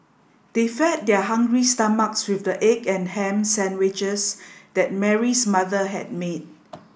they fed their hungry stomachs with the egg and ham sandwiches that Mary's mother had made